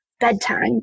bedtime